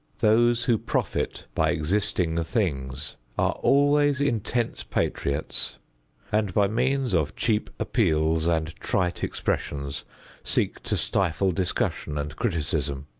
those who profit by existing things are always intense patriots and by means of cheap appeals and trite expressions seek to stifle discussion and criticism.